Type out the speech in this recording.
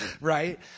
right